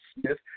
Smith